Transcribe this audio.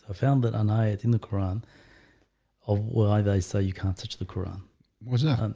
ah found that an ayat in the quran of why they say you can't touch the quran what